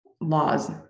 laws